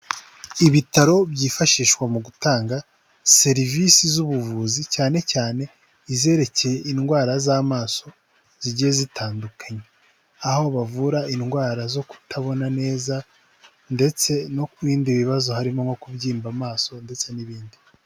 Ibitaro byifashishwa mu gutanga serivisi z'ubuvuzi, cyane cyane izerekeye indwara z'amaso zijye zitandukanye. Aho bavura indwara zo kutabona neza, ndetse no ku bindi bibazo harimo nko kubyimba amaso, ndetse n'ibindi.